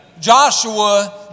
Joshua